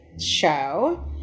show